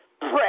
pray